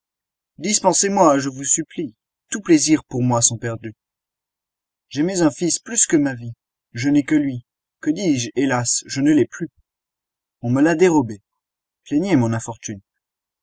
dispensez-moi je vous supplie tous plaisirs pour moi sont perdus j'aimais un fils plus que ma vie je n'ai que lui que dis-je hélas je ne l'ai plus on me l'a dérobé plaignez mon infortune